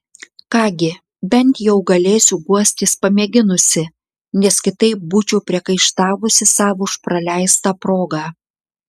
ką gi bent jau galėsiu guostis pamėginusi nes kitaip būčiau priekaištavusi sau už praleistą progą